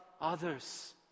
others